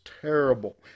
terrible